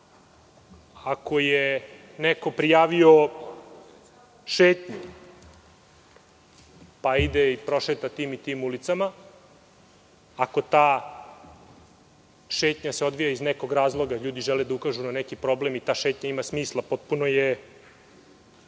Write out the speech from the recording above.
Ako je neko prijavio šetnju, pa ide i prošeta tim i tim ulicama, ako ta šetnja se odvija iz nekog razloga, ljudi žele da ukažu na neki problem i ta šetnja ima smisla. Potpuno je